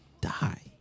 die